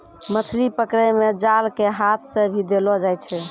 मछली पकड़ै मे जाल के हाथ से भी देलो जाय छै